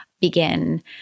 begin